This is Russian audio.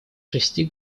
шести